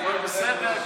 הכול בסדר.